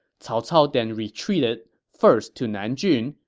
cao cao then retreated first to nanjun,